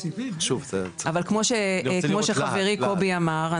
אבל כמו שחברי קובי אמר,